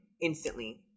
instantly